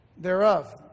thereof